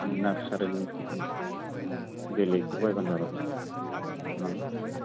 नार्सारिनि जोलैखौ बायब्लानो जाबाय